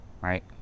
right